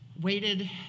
waited